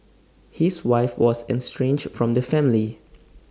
his wife was estranged from the family